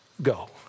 go